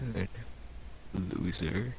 Loser